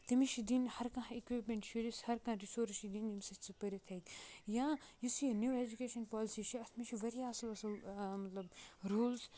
تٔمِس چھِ دِن ہر کانہہ اِکیِپمینٹ شُرِس ہر کانہہ رِسورٕس چھِ دِن ییٚمہِ سۭتۍ سُہ پٔرِتھ ہیٚکہِ یا یُس یہِ نِو اٮ۪جُکیشن پولسی چھےٚ اَتھ منٛزچھِ واریاہ اَصٕل اَصٕل مطلب روٗلز